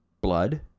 blood